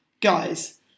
guys